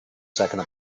second